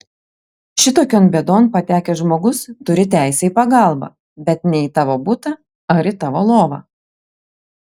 šitokion bėdon patekęs žmogus turi teisę į pagalbą bet ne į tavo butą ar į tavo lovą